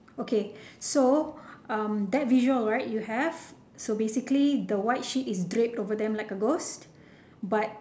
okay so um that visual right you have so basically the white sheet is draped over them like a ghost but